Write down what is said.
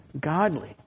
godly